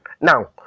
Now